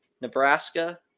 Nebraska